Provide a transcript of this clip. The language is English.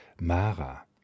Mara